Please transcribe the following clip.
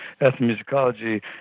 ethnomusicology